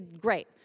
great